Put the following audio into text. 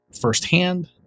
firsthand